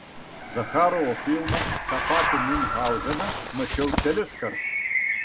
zacharovo filmą tą patį miunchauzeną mačiau keliskart